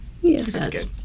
Yes